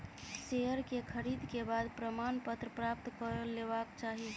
share के खरीद के बाद प्रमाणपत्र प्राप्त कय लेबाक चाही